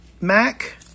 Mac